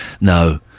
no